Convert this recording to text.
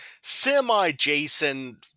semi-Jason